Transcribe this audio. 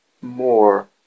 more